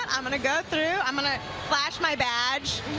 um and go through um and flash my badge.